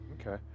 Okay